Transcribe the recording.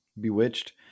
Bewitched